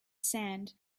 sand